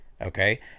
Okay